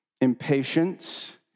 Impatience